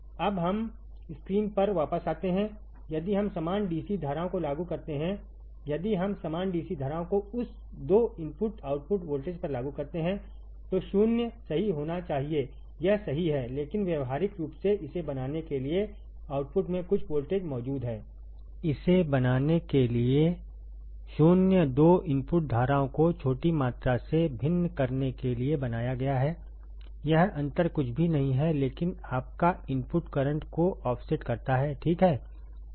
अब हम स्क्रीन पर वापस आते हैं यदि हम समान डीसी धाराओं को लागू करते हैं यदि हम समान डीसी धाराओं को उस 2 इनपुट आउटपुट वोल्टेज पर लागू करते हैं तो 0 सही होना चाहिए यह सही है लेकिन व्यावहारिक रूप से इसे बनाने के लिए आउटपुट में कुछ वोल्टेज मौजूद है इसे बनाने के लिए 0 2 इनपुट धाराओं को छोटी मात्रा से भिन्न करने के लिए बनाया गया है यह अंतर कुछ भी नहीं है लेकिन आपका इनपुट करंट को ऑफसेट करता है ठीक है